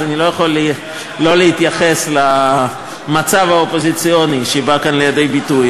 אז אני לא יכול לא להתייחס למצב האופוזיציוני שבא כאן לידי ביטוי.